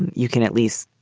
you can at least,